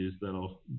that'll